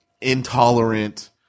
intolerant